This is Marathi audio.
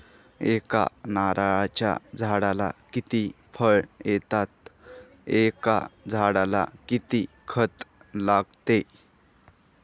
एका नारळाच्या झाडाला किती फळ येतात? एका झाडाला किती खत लागते?